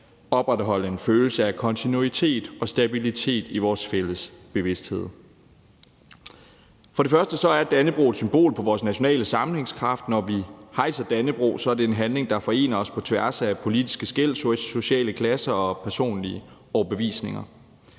opretholde en følelse af kontinuitet og stabilitet i vores fælles bevidsthed. For det første er Dannebrog et symbol på vores nationale sammenhængskraft. Når vi hejser Dannebrog, er det en handling, der forener os på tværs af politiske skel, sociale klasser og personlige overbevisninger.